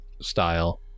style